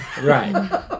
Right